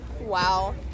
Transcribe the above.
Wow